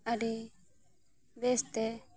ᱟᱹᱰᱤ ᱵᱮᱥᱛᱮ